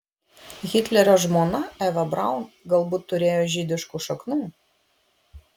hitlerio žmona eva braun galbūt turėjo žydiškų šaknų